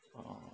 orh